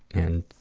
and